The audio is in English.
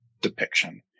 depiction